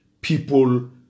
people